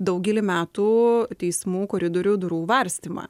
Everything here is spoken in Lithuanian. daugelį metų teismų koridorių durų varstymą